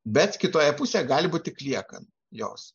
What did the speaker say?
bet kitoje pusėje gali būti tik liekana jos